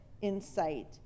insight